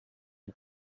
you